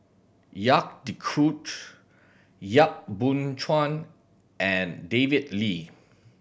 Jacques De Coutre Yap Boon Chuan and David Lee